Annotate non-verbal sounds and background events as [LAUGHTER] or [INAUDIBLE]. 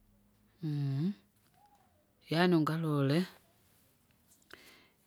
[HESITATION] yaani ungalole,